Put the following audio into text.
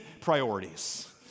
priorities